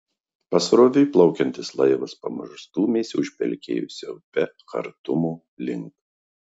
pasroviui plaukiantis laivas pamažu stūmėsi užpelkėjusia upe chartumo link